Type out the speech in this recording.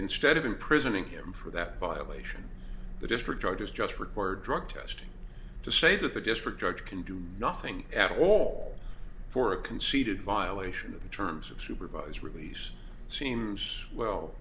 instead of imprisoning him for that violation the district orders just require drug testing to say that the district judge can do nothing at all for a conceited violation of the terms of supervised release seems well